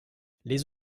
les